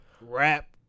rap